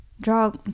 Draw